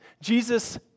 Jesus